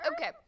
Okay